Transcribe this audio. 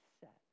set